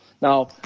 Now